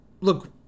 look